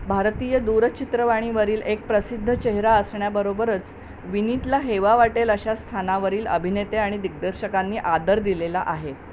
भारतीय दूरचित्रवाणीवरील एक प्रसिद्ध चेहरा असण्याबरोबरच विनीतला हेवा वाटेल अशा स्थानावरील अभिनेते आणि दिग्दर्शकांनी आदर दिलेला आहे